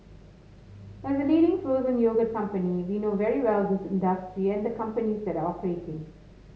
as the leading frozen yogurt company we know very well this industry and the companies that operating